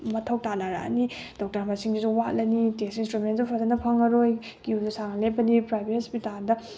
ꯃꯊꯧ ꯇꯥꯅꯔꯛꯑꯅꯤ ꯗꯣꯛꯇꯔ ꯃꯁꯤꯡꯗꯨꯁꯨ ꯋꯥꯠꯂꯅꯤ ꯇꯦꯁ ꯏꯟꯁꯇ꯭ꯔꯨꯃꯦꯟꯁꯨ ꯐꯖꯅ ꯐꯪꯉꯔꯣꯏ ꯀꯤꯌꯨꯅ ꯁꯥꯡꯅ ꯂꯦꯞꯄꯅꯤ ꯄ꯭ꯔꯥꯏꯕꯦꯠ ꯍꯣꯁꯄꯤꯇꯥꯜꯗ